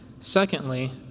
Secondly